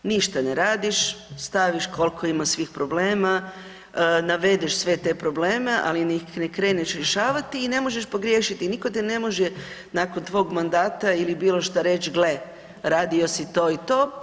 Ništa ne radiš, staviš koliko ima svih problema, navedeš sve te probleme, ali ih ne kreneš rješavati i ne možeš pogriješiti i nitko te ne može nakon tvog mandata ili bilo što reći, gle radio si to i to.